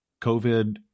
COVID